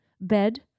bed